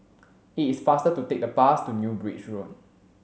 it's faster to take the bus to New Bridge Road